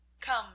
Come